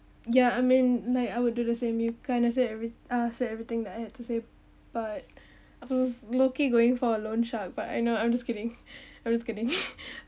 ya I mean like I will do the same you kind of say every uh say everything that I had to say but I was looking going for a loan shark but I no I'm just kidding I'm just kidding